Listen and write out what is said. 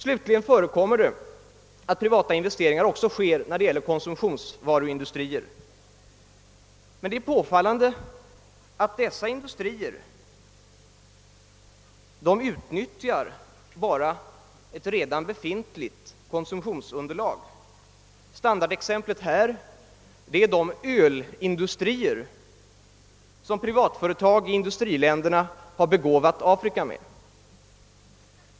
Slutligen förekommer det att privata investeringar också görs när det gäller konsumtionsvaruindustrier, men det är påfallande att dessa industrier bara utnyttjar ett redan befintligt konsumtionsunderlag. Standardexemplet härvidlag är de ölindustrier som privatföretag i industriländerna har begåvat Afrika med.